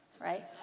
right